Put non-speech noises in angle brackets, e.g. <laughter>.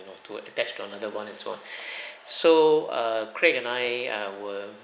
you know to attach to another [one] and so on <breath> so err craig and I uh were